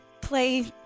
play